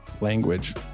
language